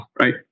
right